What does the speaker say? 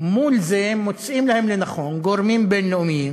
מול זה מוצאים להם לנכון גורמים בין-לאומיים,